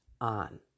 on